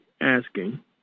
Asking